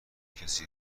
کسی